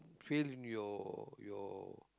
fail in your your